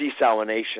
desalination